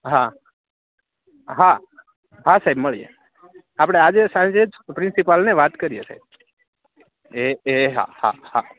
હા હા હા સાહેબ મળીએ આપણે આજે સાંજે જ પ્રિન્સિપાલને વાત કરીએ સાહેબ એ હા હા હા